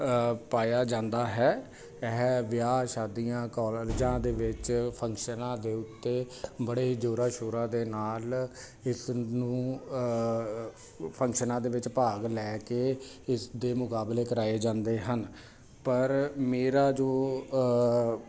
ਪਾਇਆ ਜਾਂਦਾ ਹੈ ਇਹ ਵਿਆਹ ਸ਼ਾਦੀਆਂ ਕਾਲਜਾਂ ਦੇ ਵਿੱਚ ਫੰਕਸ਼ਨਾਂ ਦੇ ਉੱਤੇ ਬੜੇ ਜ਼ੋਰਾਂ ਸ਼ੋਰਾਂ ਦੇ ਨਾਲ ਇਸ ਨੂੰ ਫੰਕਸ਼ਨਾਂ ਦੇ ਵਿੱਚ ਭਾਗ ਲੈ ਕੇ ਇਸ ਦੇ ਮੁਕਾਬਲੇ ਕਰਾਏ ਜਾਂਦੇ ਹਨ ਪਰ ਮੇਰਾ ਜੋ